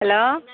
hello